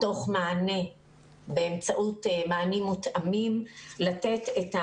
תוך מענה באמצעות מענים מותאמים כדי לתת את